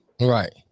Right